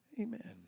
Amen